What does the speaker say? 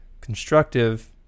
constructive